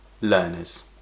learners